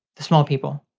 the small people,